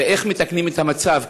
ואיך מתקנים את המצב,